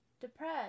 depressed